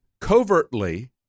covertly